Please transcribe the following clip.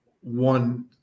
one